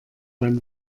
beim